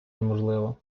неможливо